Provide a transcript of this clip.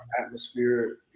atmosphere